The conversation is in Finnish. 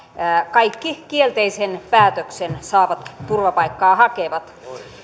kaikki kielteisen päätöksen saavat turvapaikkaa hakevat